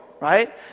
right